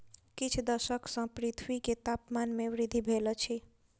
किछ दशक सॅ पृथ्वी के तापमान में वृद्धि भेल अछि